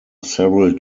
several